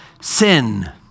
sin